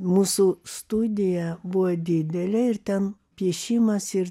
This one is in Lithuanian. mūsų studija buvo didelė ir ten piešimas ir